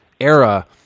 era